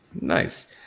Nice